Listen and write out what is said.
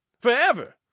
Forever